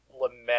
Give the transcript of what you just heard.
lament